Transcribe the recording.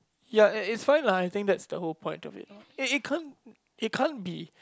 ya it it it's fine lah I think that's the whole point of it it it can't it can't be